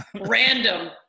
random